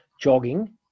jogging